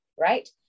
Right